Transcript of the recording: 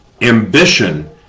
ambition